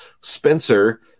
Spencer